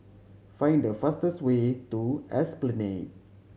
find the fastest way to Esplanade